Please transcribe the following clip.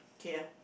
K_L